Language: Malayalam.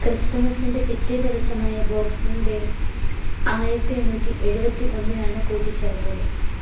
ക്രിസ്തുമസിൻ്റെ പിറ്റേ ദിവസമായ ബോക്സിംഗ് ഡേ ആയിരത്തി എണ്ണൂറ്റി എഴുപത്തി ഒന്നിലാണ് കൂട്ടിച്ചേർത്തത്